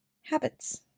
habits